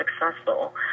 successful